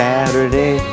Saturday